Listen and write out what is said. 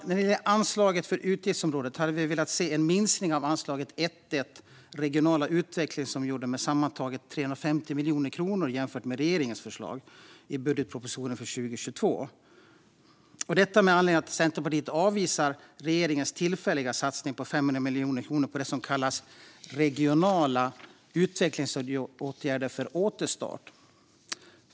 När det gäller anslagen för utgiftsområdet hade vi velat se en minskning av anslaget 1:1 Regionala utvecklingsåtgärder med sammantaget 350 miljoner kronor jämfört med regeringens förslag i budgetpropositionen för 2022, detta med anledning av att Centerpartiet avvisar regeringens tillfälliga satsning på 500 miljoner kronor på det som kallas regionala utvecklingsåtgärder för återstart.